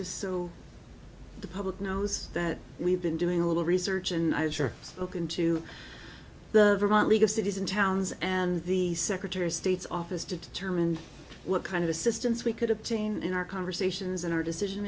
just so the public knows that we've been doing a little research and i'd sure look into the league of cities and towns and the secretary of state's office to determine what kind of assistance we could obtain in our conversations in our decision